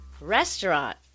restaurant